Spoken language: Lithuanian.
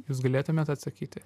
jūs galėtumėt atsakyti